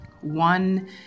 one